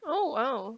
oh !wow!